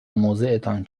موضعتان